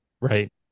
Right